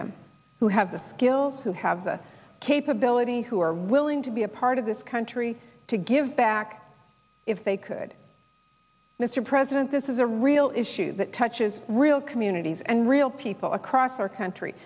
them who have the skills who have the capability who are willing to be a part of this country to give back if they could mr president this is a real issue that touches real communities and real people across our country